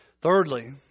Thirdly